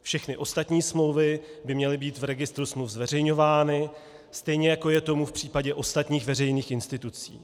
Všechny ostatní smlouvy by měly být v registru smluv zveřejňovány, stejně jako je tomu v případě ostatních veřejných institucí.